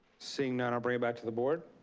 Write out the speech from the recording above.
seeing not bring it back to the board.